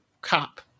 cop